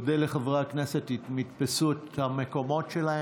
אודה לחברי הכנסת אם יתפסו את המקומות שלהם.